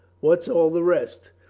what's all the rest?